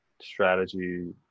strategy